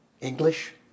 English